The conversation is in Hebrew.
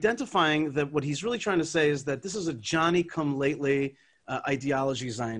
זיהיתי את זה שהוא בעצם מנסה להגיד שזו אידיאולוגיה מודרנית,